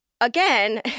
Again